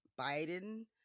Biden